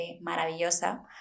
maravillosa